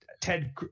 Ted